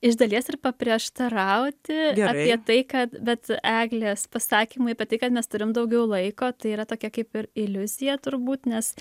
iš dalies ir paprieštarauti apie tai kad bet eglės pasakymui apie tai kad mes turim daugiau laiko tai yra tokia kaip ir iliuzija turbūt nes